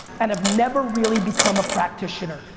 and have never really become a practitioner,